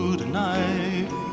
tonight